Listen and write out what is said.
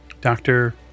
doctor